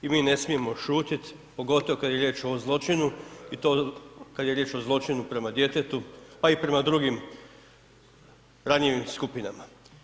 I mi ne smijemo šutjeti, pogotovo kada je riječ o zločinu i to kada je riječ o zločinu prema djetetu pa i prema drugim ranjivim skupinama.